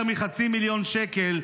יותר מ-500,000 שקל,